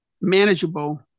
manageable